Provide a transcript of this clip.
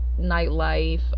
nightlife